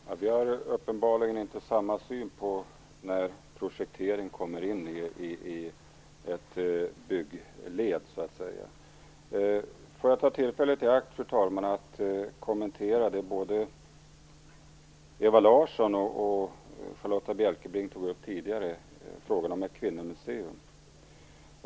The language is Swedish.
Fru talman! Vi har uppenbarligen inte samma syn på när projektering kommer in i ett byggled. Får jag ta tillfället i akt, fru talman, att kommentera det både Ewa Larsson och Charlotta Bjälkebring tog upp tidigare, frågan om ett kvinnomuseum.